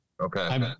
Okay